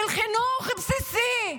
של חינוך בסיסי.